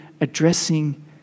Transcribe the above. addressing